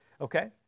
Okay